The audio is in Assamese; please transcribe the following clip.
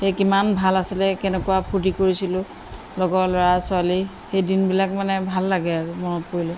সেই কিমান ভাল আছিলে কেনেকুৱা ফূৰ্তি কৰিছিলোঁ লগৰ ল'ৰা ছোৱালী সেই দিনবিলাক মানে ভাল লাগে আৰু মনত পৰিলে